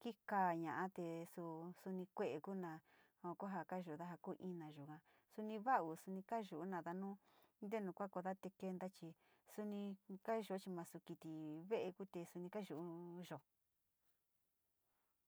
kikaina te suu suni kue´e kuu, no joo kayu´uyo ina kuu ina yuga, soni nado, soni kayunoda nu ntenu kuonkoodate keñita chi, soni kayuyo nasu kiti uele kuti te suni kayu´uyo.